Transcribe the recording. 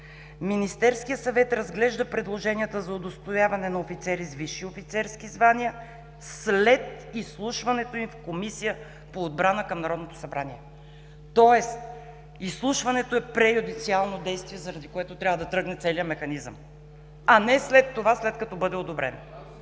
„Министерският съвет разглежда предложенията за удостояване на офицери с висши офицерски звания след изслушването им в Комисия по отбрана към Народното събрание“. Тоест, изслушването е преюдициално действие, заради което трябва да тръгне целият механизъм, а не след това, след като бъде одобрен.